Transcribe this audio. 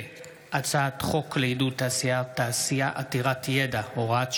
הצעת חוק לעידוד תעשייה עתירת ידע (הוראת שעה),